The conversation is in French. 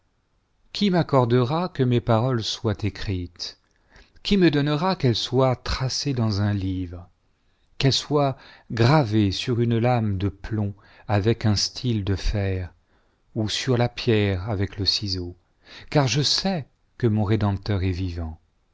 qui m'accordera que mes paroles soient écrites qui me donnera qu'elles soient tracées dans un livre que soit gravé sur une lame de plomb avec un style de fer ou sur la pierre avec le ciseau car je sais que mon rédempteur est vivant